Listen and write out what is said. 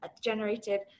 generated